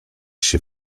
się